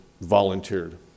volunteered